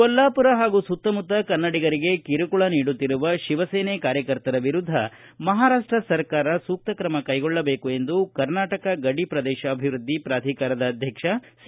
ಕೊಲ್ಲಾಪುರ ಹಾಗೂ ಸುತ್ತಮುತ್ತ ಕನ್ನಡಿಗರಿಗೆ ಕಿರುಕುಳ ನೀಡುತ್ತಿರುವ ಶಿವಸೇನೆ ಕಾರ್ಯಕರ್ತರ ವಿರುದ್ದ ಮಹಾರಾಷ್ಷ ಸರ್ಕಾರ ಸೂಕ್ತ ಕ್ರಮ ಕೈಗೊಳ್ಳಬೇಕು ಎಂದು ಕರ್ನಾಟಕ ಗಡಿ ಪ್ರದೇಶ ಅಭಿವ್ವದ್ದಿ ಪ್ರಾಧಿಕಾರದ ಅಧ್ಯಕ್ಷ ಸಿ